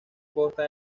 costa